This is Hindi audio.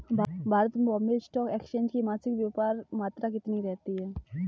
भारत में बॉम्बे स्टॉक एक्सचेंज की मासिक व्यापार मात्रा कितनी रहती है?